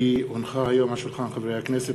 כי הונחו היום על שולחן הכנסת,